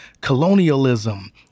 colonialism